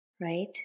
right